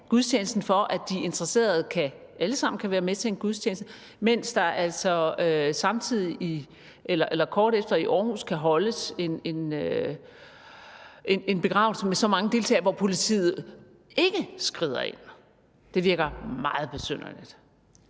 gudstjenesten, for at de interesseret alle sammen kan være med til en gudstjeneste, mens der altså kort tid efter i Aarhus kan holdes en begravelse med så mange deltagere, hvor politiet ikke skrider ind. Det virker meget besynderligt.